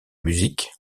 musique